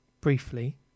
briefly